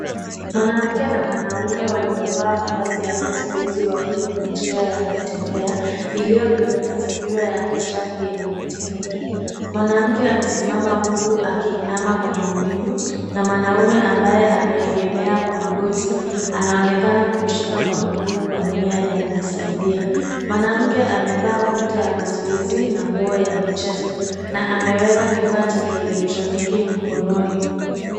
Mwanamke na mwanaume waliovaa mavazi ya mazoezi wako kwenye njia ya kutembea iliyo kwenye mazingira ya kijani yenye miti mingi. Mwanamke amesimama huku akiinama kwa maumivu na mwanaume ambaye ameegemea kwa magoti anaonekana kumshika kwa mguu kwa nia ya kumsaidia. Mwanamke amevaa bukta ya mazoezi na nguo ya michezo na ameweka kifaa cha kielektroniki mkononi.